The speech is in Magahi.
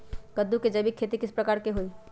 कददु के जैविक खेती किस प्रकार से होई?